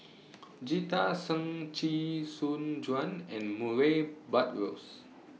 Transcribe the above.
Jita Singh Chee Soon Juan and Murray Buttrose